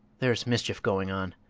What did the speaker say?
there's mischief going on.